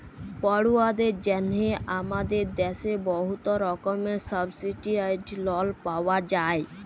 পড়ুয়াদের জ্যনহে আমাদের দ্যাশে বহুত রকমের সাবসিডাইস্ড লল পাউয়া যায়